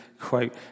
quote